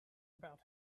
about